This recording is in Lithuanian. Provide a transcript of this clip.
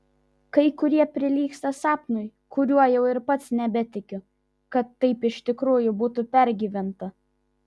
kai kurie prilygsta sapnui kuriuo jau ir pats nebetikiu kad taip iš tikrųjų būtų pergyventa